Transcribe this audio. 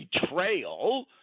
betrayal